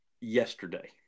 yesterday